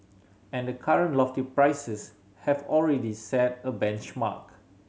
and the current lofty prices have already set a benchmark